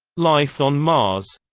life on mars